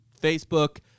Facebook